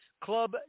Club